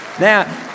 now